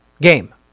game